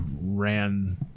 ran